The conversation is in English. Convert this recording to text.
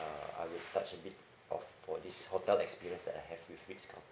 uh I will touch a bit of for this hotel experience that I have with Ritz Carlton